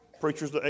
Preachers